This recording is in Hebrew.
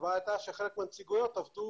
הבעיה הייתה שחלק מהנציגויות עבדו,